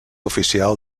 oficial